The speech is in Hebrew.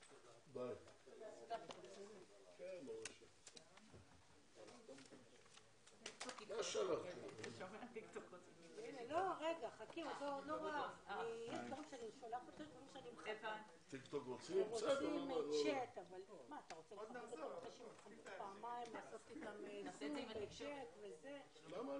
10:15.